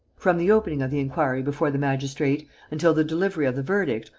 from the opening of the inquiry before the magistrate until the delivery of the verdict,